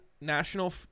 national